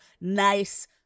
nice